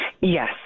Yes